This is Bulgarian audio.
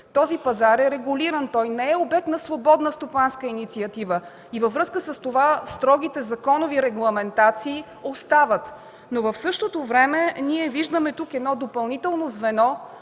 този пазар е регулиран. Той не е обект на свободна стопанска инициатива. И във връзка с това строгите законови регламентации остават. Но в същото време ние виждаме тук едно допълнително звено,